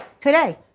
today